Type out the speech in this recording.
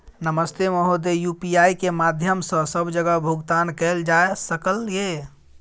नमस्ते महोदय, यु.पी.आई के माध्यम सं सब जगह भुगतान कैल जाए सकल ये?